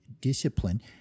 discipline